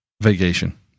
vacation